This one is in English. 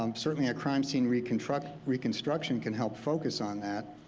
um certainly a crime scene reconstruction reconstruction can help focus on that.